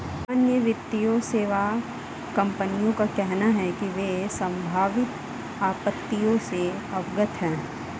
अन्य वित्तीय सेवा कंपनियों का कहना है कि वे संभावित आपत्तियों से अवगत हैं